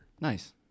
nice